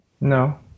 no